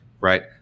right